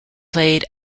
played